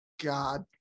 God